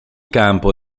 campo